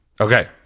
okay